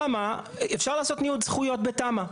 תמ"א, אפשר לעשות ניוד זכויות בתמ"א.